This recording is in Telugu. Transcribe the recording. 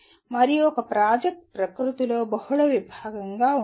మరియు ఒక ప్రాజెక్ట్ ప్రకృతిలో బహుళ విభాగంగా ఉంటుంది